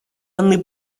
анны